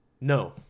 No